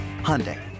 Hyundai